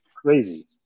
Crazy